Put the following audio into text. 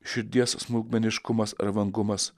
širdies smulkmeniškumas ar vangumas